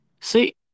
See